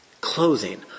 clothing